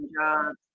jobs